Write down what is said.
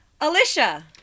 Alicia